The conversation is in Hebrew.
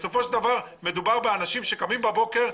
בסופו של דבר מדובר באנשים שקמים בבוקר,